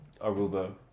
Aruba